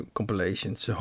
Compilations